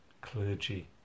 Clergy